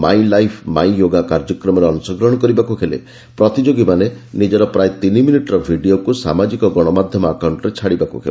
my life my yoga କାର୍ଯ୍ୟକ୍ରମରେ ଅଂଶଗ୍ରହଣ କରିବାକୁ ହେଲେ ପ୍ରତିଯୋଗୀମାନେ ନିଜର ପ୍ରାୟ ତିନି ମିନିଟ୍ର ଭିଡ଼ିଓକୁ ସାମାଜିକ ଗଶମାଧ୍ୟମ ଆକାଉଷ୍ଟରେ ଛାଡ଼ିବାକୁ ହେବ